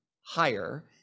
higher